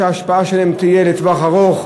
חוקים שההשפעה שלהם תהיה לטווח ארוך,